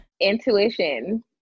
Intuition